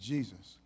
Jesus